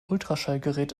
ultraschallgerät